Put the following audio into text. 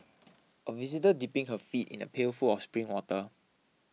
a visitor dipping her feet in a pail full of spring water